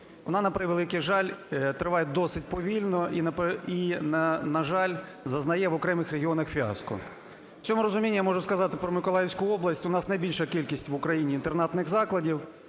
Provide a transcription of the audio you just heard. Вона, на превеликий жаль, триває досить повільно і, на жаль, зазнає в окремих регіонах фіаско. В цьому розумінні я можу сказати про Миколаївську область. У нас найбільша кількість в Україні інтернатних закладів,